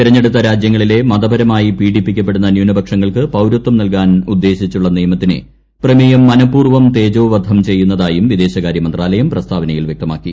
തെരഞ്ഞെടുത്ത രാജ്യങ്ങളിലെ മതപരമായി പീഢിപ്പിക്കപ്പെടുന്ന ന്യൂനപക്ഷങ്ങൾക്ക് പൌരത്വം നല്കാൻ ഉദ്ദേശിച്ചുള്ള നിയമത്തിനെ പ്രമേയം മനപൂർവ്വം തേജോവധം ചെയ്യുന്നതായും വിദേശകാര്യമന്ത്രാലയം പ്രസ്താവനയിൽ വൃക്തമാക്കി